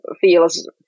feels